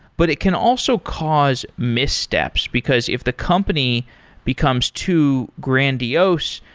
but it can also cause missteps, because if the company becomes too grandiose,